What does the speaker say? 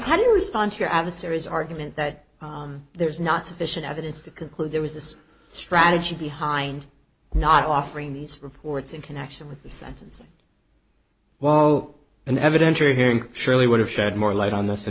how do you respond to your adversary's argument that there is not sufficient evidence to conclude there was this strategy behind not offering these reports in connection with the sentence whoa an evidentiary hearing surely would have shed more